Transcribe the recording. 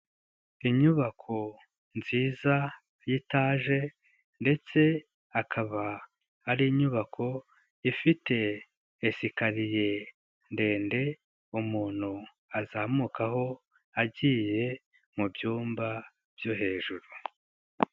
Inyubako nziza y'itaje ndetse akaba ari inyubako ifite esikariye ndende, umuntu azamuka aho agiye mu byumba byo hejuru.